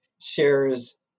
shares